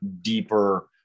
deeper